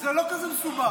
זה לא כזה מסובך.